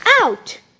out